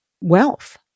wealth